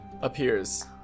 appears